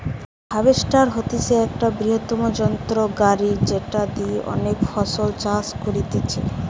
harvester হতিছে একটা বৃহত্তম যন্ত্র গাড়ি যেটি দিয়া অনেক ফসল চাষ করতিছে